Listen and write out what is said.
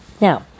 Now